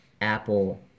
Apple